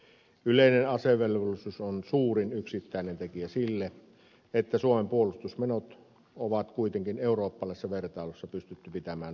yleinen asevelvollisuus on suurin yksittäinen tekijä siinä että suomen puolustusmenot on kuitenkin eurooppalaisessa vertailussa pystytty pitämään varsin kohtuullisina